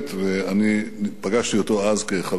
ואני פגשתי אותו אז כחבר כנסת.